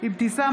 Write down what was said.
אבתיסאם